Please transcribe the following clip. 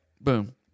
Boom